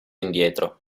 indietro